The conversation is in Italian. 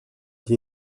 gli